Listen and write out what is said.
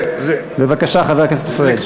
בבקשה, חבר הכנסת פריג'.